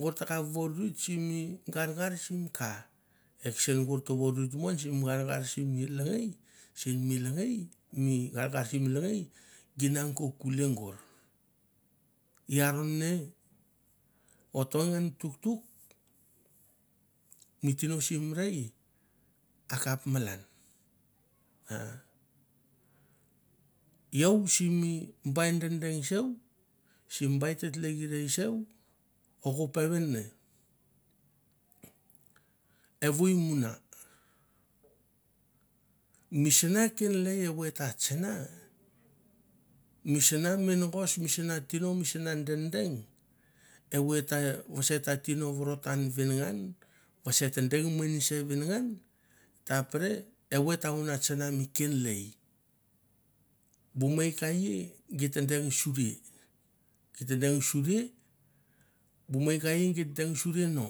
gor ta voruit mo ian sim lengei sen mi lengei mi gargar sim lengei gi mang ko kulie gor, i aron ne, ot ong ngan mi tuktuk, mi tino sim rei a kap malan a iau simi ba dedeng seu sini bai tle tlekerei seu o ko peven ne, evoi muna misana kenlai evoi ta tsana, misana mengas, misana tino, misana dedeng evoi ta deng minse venangan e ta pre evoi e ta vuna tsanga mi kenlai. Bu mei ka i geit deng suria geit ta deng suria bu mei ka i git deng suri no.